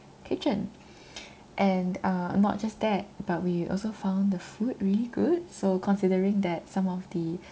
kitchen and uh not just that but we also found the food really good so considering that some of the